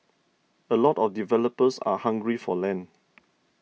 a lot of developers are hungry for land